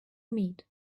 meat